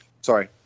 sorry